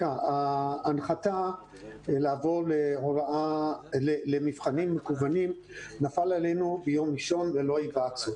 ההנחתה לעבור למבחנים מקוונים נפלה עלינו ביום ראשון ללא היוועצות.